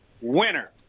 winner